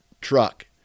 truck